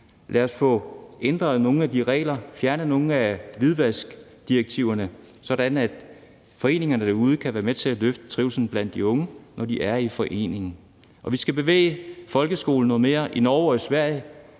Lad os få ændret nogle af de regler, få fjernet nogle af hvidvaskreglerne, sådan at foreningerne derude kan være med til at løftet trivslen blandt de unge, når de er i foreningerne. Vi skal bevæge os noget mere i folkeskolen.